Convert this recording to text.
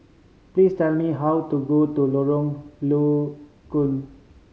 please tell me how to go to Lorong Low Koon